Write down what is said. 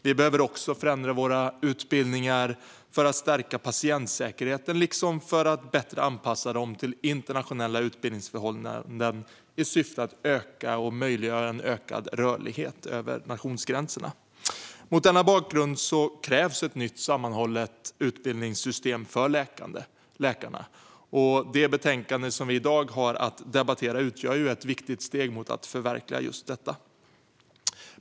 Vi behöver också förändra våra utbildningar för att stärka patientsäkerheten liksom för att bättre anpassa dem till internationella utbildningsförhållanden i syfte att möjliggöra en ökad rörlighet över nationsgränserna. Mot denna bakgrund krävs ett nytt sammanhållet utbildningssystem för läkarna. Det betänkande som vi i dag har att debattera utgör ett viktigt steg mot att förverkliga just detta.